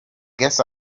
guess